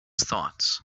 thoughts